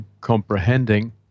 comprehending